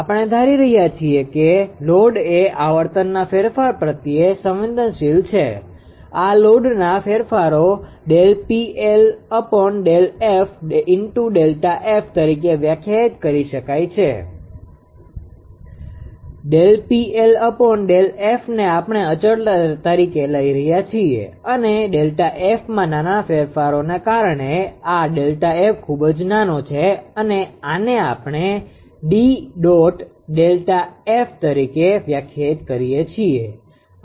આપણે ધારી રહ્યા છીએ કે લોડ એ આવર્તનના ફેરફાર પ્રત્યે સંવેદનશીલ છે આ લોડના ફેરફારો તરીકે વ્યક્ત કરી શકાય છે ને આપણે અચળ તરીકે લઈ રહ્યા છીએ અને Δ𝑓માં નાના ફેરફારના કારણે આ Δ𝑓 ખૂબ જ નાનો છે અને આને આપણે 𝐷Δ𝑓 તરીકે વ્યાખ્યાયિત કરીએ છીએ